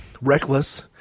reckless